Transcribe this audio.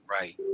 Right